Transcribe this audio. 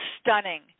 stunning